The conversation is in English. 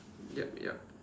yup yup